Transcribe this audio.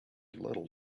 little